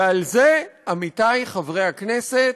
ועל זה, עמיתי חברי הכנסת,